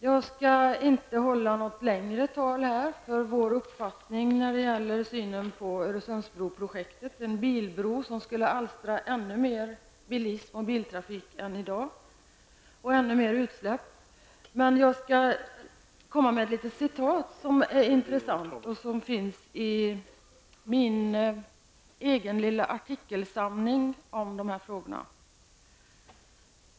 Jag skall inte hålla något längre tal för att framföra vår uppfattning om Öresundsbroprojektet, den bilbro som skulle medföra ännu mer bilism och ännu mer biltrafik och ännu mera utsläpp. Men jag skall läsa upp ett intressant citat ur min egen lilla artikelsamling i denna fråga.